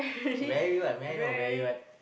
very what may I know very what